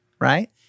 right